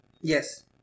Yes